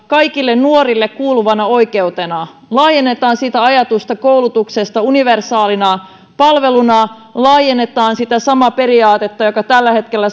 kaikille nuorille kuuluvana oikeutena laajennetaan ajatusta koulutuksesta universaalina palveluna laajennetaan sitä samaa periaatetta jota tällä hetkellä